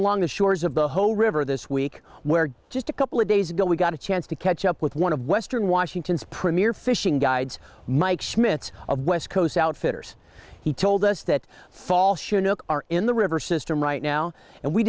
along the shores of the whole river this week where just a couple of days ago we got a chance to catch up with one of western washington's premier fishing guides mike schmidt's of west coast outfitters he told us that fall chinook are in the river system right now and we